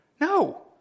No